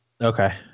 Okay